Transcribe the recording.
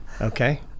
Okay